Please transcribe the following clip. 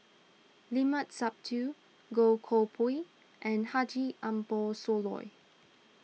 Limat Sabtu Goh Koh Pui and Haji Ambo Sooloh